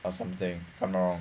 or something if I am not wrong